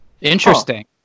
Interesting